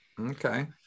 Okay